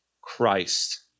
Christ